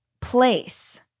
place